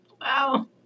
Wow